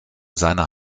seiner